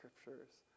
scriptures